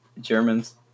Germans